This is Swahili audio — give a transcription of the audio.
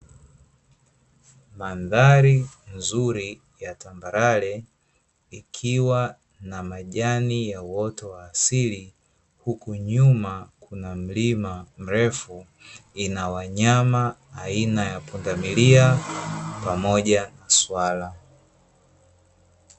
Mandhari nzuri ya tambarare, ikiwa na majani ya uoto wa asili, huku nyuma kuna mlima mrefu, ina wanyama aina ya pundamilia pamoja na swala.